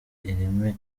ireme